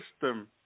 system